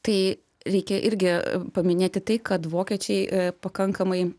tai reikia irgi paminėti tai kad vokiečiai pakankamai